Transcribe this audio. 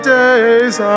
days